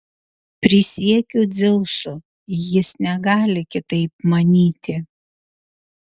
prisiekiu dzeusu jis negali kitaip manyti